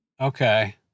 Okay